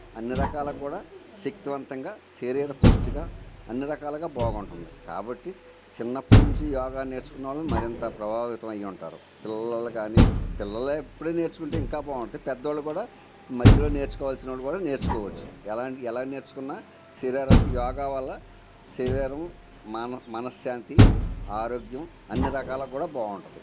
అన్నీ రకాలుగా కూడా శక్తివంతంగా శరీర పుష్టిగా అన్నీ రకాలుగా బాగుంటుంది కాబట్టి చిన్నప్పటి నుంచి యోగా నేర్చుకున్నవాళ్ళు మరింత ప్రభావితమై ఉంటారు పిల్లలు కానీ పిల్లలు ఇప్పుడే నేర్చుకుంటే ఇంకా బాగుంటుంది పెద్దవాళ్ళు కూడా మధ్యలో నేర్చుకోవాల్సిన వాళ్ళు కూడా నేర్చుకోవచ్చు ఎలాంటి ఎలా నేర్చుకున్నా శరీరానికి యోగా వల్ల శరీరం మన మనశాంతి ఆరోగ్యం అన్ని రకాలుగా కూడా బాగుంటుంది